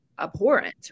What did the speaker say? abhorrent